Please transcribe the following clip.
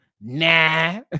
nah